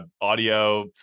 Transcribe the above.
audio